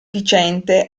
viciente